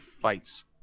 fights